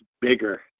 bigger